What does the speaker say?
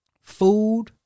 food